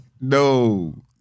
No